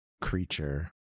creature